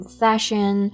fashion